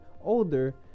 older